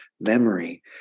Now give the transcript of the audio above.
memory